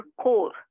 core